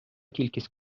кількість